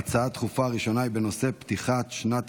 ההצעה הדחופה הראשונה היא בנושא פתיחת שנת